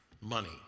money